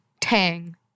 Tang